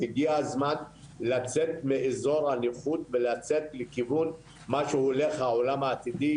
הגיע הזמן לצאת מאזור הנוחות ולצאת לכיוון מה שהולך העולם העתידי,